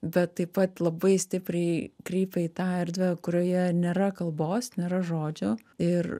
bet taip pat labai stipriai kreipia į tą erdvę kurioje nėra kalbos nėra žodžio ir